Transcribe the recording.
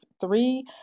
three